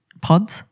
pods